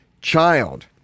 child